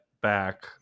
back